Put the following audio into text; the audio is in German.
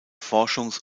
forschungs